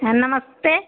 हाँ नमस्ते